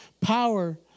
power